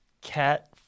cat